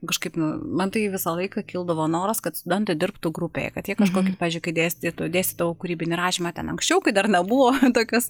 kažkaip nu man tai visą laiką kildavo noras kad studentai dirbtų grupėje kad jie kažkoki pavyzdžiui kai dėstytų dėstydavau kūrybinį rašymą ten anksčiau kai dar nebuvo tokios